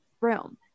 room